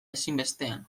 ezinbestean